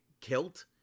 kilt